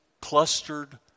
clustered